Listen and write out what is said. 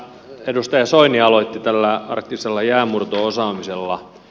edustaja soini aloitti tällä arktisella jäänmurto osaamisella